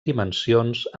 dimensions